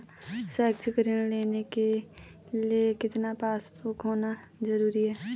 शैक्षिक ऋण लेने के लिए कितना पासबुक होना जरूरी है?